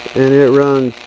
and it runs